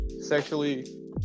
sexually